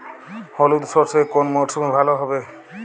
হলুদ সর্ষে কোন মরশুমে ভালো হবে?